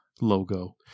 logo